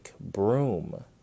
Broom